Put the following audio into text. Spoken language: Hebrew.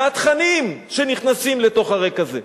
מהתכנים שנכנסים לתוך הריק הזה.